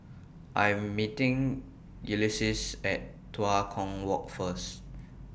I Am meeting Ulises At Tua Kong Walk First